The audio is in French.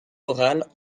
orales